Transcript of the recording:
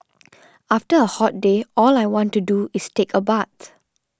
after a hot day all I want to do is take a bath